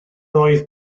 oedd